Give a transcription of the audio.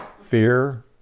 fear